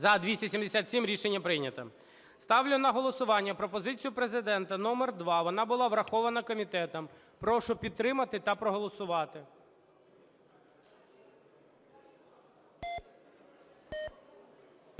За-277 Рішення прийнято. Ставлю на голосування пропозицію Президента номер два, вона була врахована комітетом. Прошу підтримати та проголосувати.